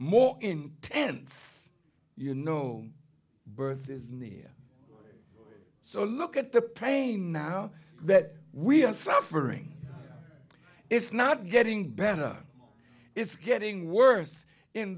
more intense you know birth is near so look at the pain now that we are suffering it's not getting better it's getting worse in